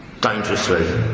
dangerously